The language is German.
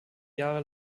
jahre